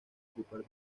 ocupar